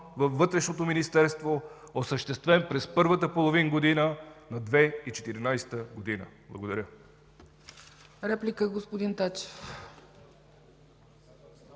във Вътрешното министерство, осъществен през първата половин година на 2014 г.! Благодаря.